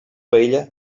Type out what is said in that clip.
paella